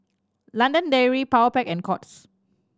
London Dairy Powerpac and Courts